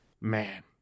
Man